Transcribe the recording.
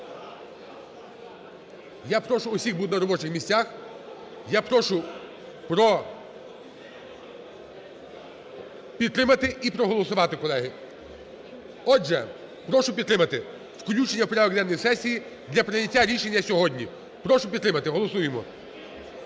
Я прошу всіх бути на робочих місцях, я прошу підтримати і проголосувати, колеги. Отже, прошу підтримати включення в порядок денний сесії для прийняття рішення сьогодні. Прошу підтримати, голосуємо.